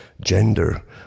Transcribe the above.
gender